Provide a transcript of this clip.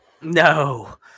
No